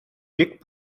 wiek